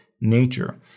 nature